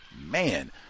man